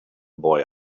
boy